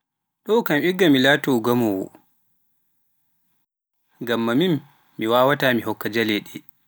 ɗo kam igga mi laato gamowoo, ngamma min mi wawaata mi hokka jaleeɗe.